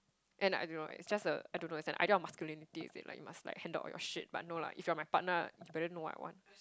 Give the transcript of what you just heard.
and I don't know it's just the I don't know it's an idea of masculinity is it like you must like handle all your shit but no lah if you are my partner you better know what I want